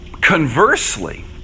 Conversely